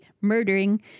murdering